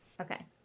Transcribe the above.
Okay